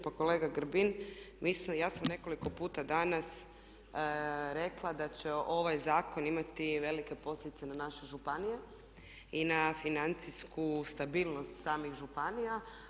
Pa kolega Grbin, mislim ja sam nekoliko puta danas rekla da će ovaj zakon imati velike posljedice na naše županije i na financijsku stabilnost samih županija.